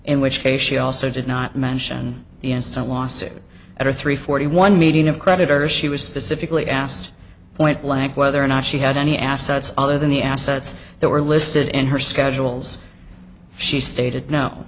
in which case she also did not mention the instant lawsuit or three forty one meeting of creditors she was specifically asked point blank whether or not she had any assets other than the assets that were listed in her schedules she stated